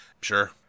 Sure